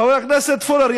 חבר הכנסת פורר,